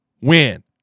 win